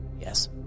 Yes